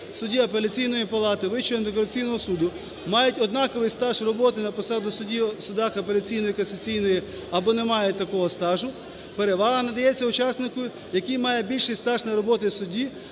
судді Апеляційної палати Вищого антикорупційного суду, мають однаковий стаж роботи на посаді судді в судах апеляційної, касаційної або не мають такого стажу, перевага надається учаснику, який має більший стаж на роботі судді,